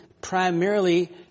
primarily